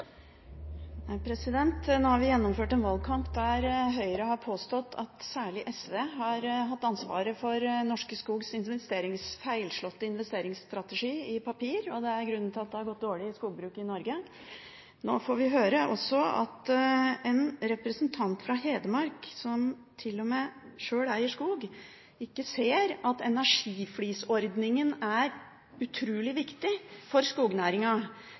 Nå har vi gjennomført en valgkamp der Høyre har påstått at særlig SV har hatt ansvaret for Norske Skogs feilslåtte investeringsstrategi i papir, og at det er grunnen til at det har gått dårlig i skogbruket i Norge. Nå får vi også høre at en representant fra Hedmark, som til og med sjøl eier skog, ikke ser at energiflisordningen er utrolig viktig for